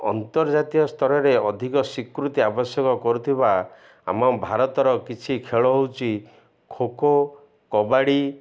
ଅନ୍ତର୍ଜାତୀୟ ସ୍ତରରେ ଅଧିକ ସ୍ୱୀକୃତି ଆବଶ୍ୟକ କରୁଥିବା ଆମ ଭାରତର କିଛି ଖେଳ ହେଉଛି ଖୋଖୋ କବାଡ଼ି